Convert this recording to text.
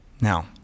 Now